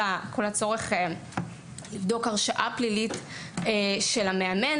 הצורך לבדוק הרשעה פלילית של המאמן